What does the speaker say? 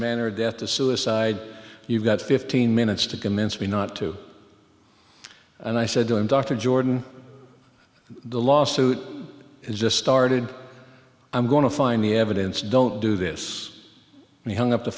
of death to suicide you've got fifteen minutes to convince me not to and i said to him dr jordan the lawsuit has just started i'm going to find the evidence don't do this and he hung up the